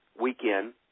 weekend